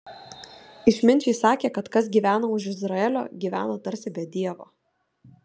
išminčiai sakė kad kas gyvena už izraelio gyvena tarsi be dievo